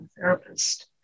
therapist